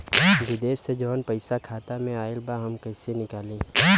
विदेश से जवन पैसा खाता में आईल बा हम कईसे निकाली?